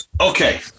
okay